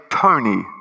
Tony